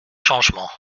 changements